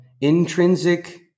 intrinsic